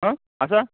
आं आसा